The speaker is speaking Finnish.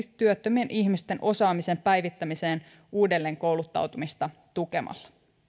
työttömien ihmisten osaamisen päivittämiseen uudelleenkouluttautumista tukemalla